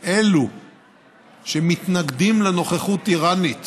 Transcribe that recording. אלה שמתנגדים לנוכחות איראנית